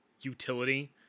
utility